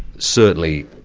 certainly,